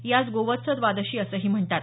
यास गोवत्स द्वादशी असेही म्हणतात